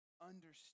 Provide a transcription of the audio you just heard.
understand